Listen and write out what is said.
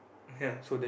ya